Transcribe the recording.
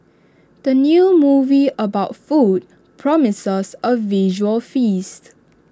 the new movie about food promises A visual feast